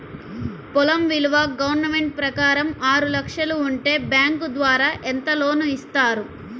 పొలం విలువ గవర్నమెంట్ ప్రకారం ఆరు లక్షలు ఉంటే బ్యాంకు ద్వారా ఎంత లోన్ ఇస్తారు?